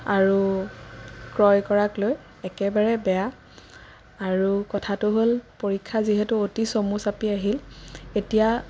আৰু ক্ৰয় কৰাক লৈ একেবাৰে বেয়া আৰু কথাটো হ'ল পৰীক্ষা যিহেতু অতি চমু চাপি আহিল এতিয়া